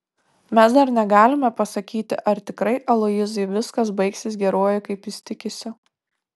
mes dar negalime pasakyti ar tikrai aloyzui viskas baigsis geruoju kaip jis tikisi